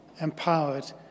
empowered